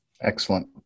Excellent